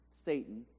Satan